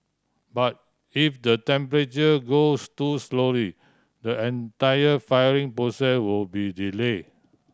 but if the temperature goes too slowly the entire firing process will be delay